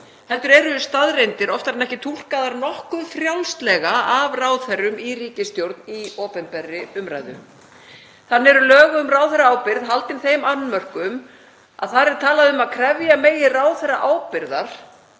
heldur eru staðreyndir oftar en ekki túlkaðar nokkuð frjálslega af ráðherrum í ríkisstjórn í opinberri umræðu. Þannig eru lög um ráðherraábyrgð haldin þeim annmörkum að þar er talað um að krefja megi ráðherra ábyrgðar